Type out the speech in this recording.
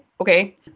Okay